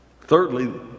Thirdly